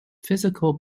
physical